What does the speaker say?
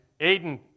Aiden